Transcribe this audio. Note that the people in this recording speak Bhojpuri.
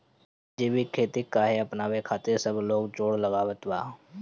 जैविक खेती काहे अपनावे खातिर सब लोग जोड़ लगावत बा?